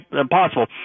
impossible